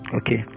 okay